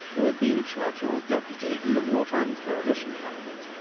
who had been churchill's deputy in the wartime coalition government.